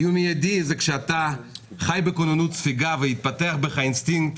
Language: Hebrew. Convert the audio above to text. איום מיידי זה כאשר אתה חי בכוננות ספיגה והתפתח בך אינסטינקט